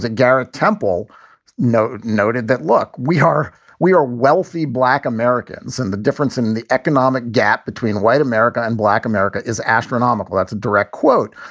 garrett temple note noted that, look, we are we are wealthy black americans and the difference in the economic gap between white america and black america is astronomical. that's a direct quote.